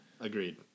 agreed